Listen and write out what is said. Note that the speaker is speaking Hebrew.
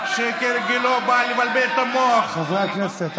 חברי הכנסת.